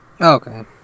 Okay